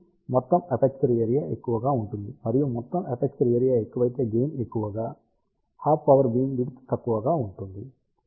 కాబట్టి మొత్తం aperture area ఎక్కువగా ఉంటుంది మరియు మొత్తం ఎపర్చరు ఏరియా ఎక్కువైతే గెయిన్ ఎక్కువగా హాఫ్ పవర్ బీమ్ విడ్త్ తక్కువగా ఉంటుంది